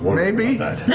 maybe?